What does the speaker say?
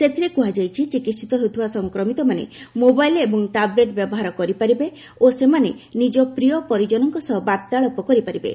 ସେଥିରେ କୁହାଯାଇଛି ଚିକିହିତ ହେଉଥିବା ସଂକ୍ରମିତମାନେ ମୋବାଇଲ୍ ଏବଂ ଟାବ୍ଲେଟ୍ ବ୍ୟବହାର କରିପାରିବେ ଓ ସେମାନେ ନିକ ପ୍ରିୟ ପରିଜନଙ୍କ ସହ ବାର୍ତ୍ତାଳାପ କରିପାରିବେ